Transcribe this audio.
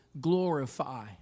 glorify